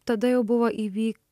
tada jau buvo įvy